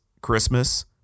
Christmas